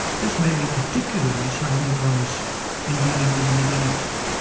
this may be particularly sound advice in dealing with the middle east,